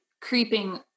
creeping